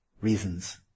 reasons